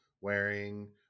wearing